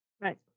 right